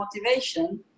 motivation